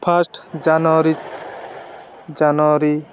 first January January